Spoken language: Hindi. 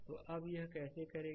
तो अब यह कैसे करेगा